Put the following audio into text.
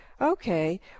Okay